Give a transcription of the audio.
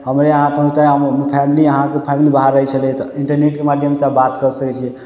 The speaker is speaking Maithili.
हमरे अहाँ पहुँचाया हम फैमिली अहाँके फैमिली बाहर रहय छलै तऽ इन्टरनेटके माध्यमसँ बात कऽ सकय छियै